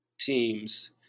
teams